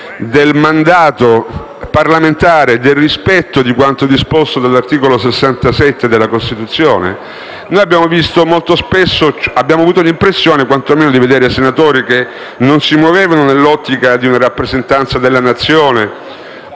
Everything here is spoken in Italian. del mandato parlamentare e dal rispetto di quanto disposto dall'articolo 67 della Costituzione. Molto spesso abbiamo avuto l'impressione di vedere senatori che non si muovevano nell'ottica di una rappresentanza della Nazione.